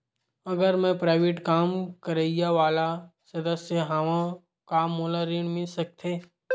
अगर मैं प्राइवेट काम करइया वाला सदस्य हावव का मोला ऋण मिल सकथे?